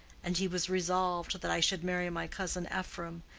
and he was resolved that i should marry my cousin ephraim,